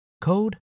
code